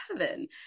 heaven